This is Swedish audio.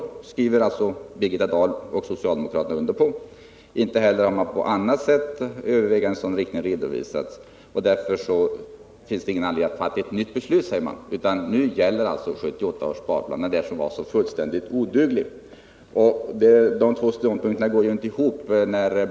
Det skriver alltså Birgitta Dahl och socialdemokraterna under på. Inte heller har på annat sätt överväganden i sådana riktningar redovisats. Därför finns det ingen anledning att fatta ett nytt beslut, säger man, utan nu gäller alltså 1978 års sparplan — den som var fullständigt oduglig. De där två ståndpunkterna går inte ihop.